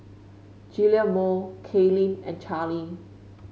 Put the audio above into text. Guillermo Kaylen and Charlie